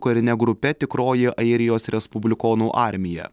karine grupe tikroji airijos respublikonų armija